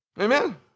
Amen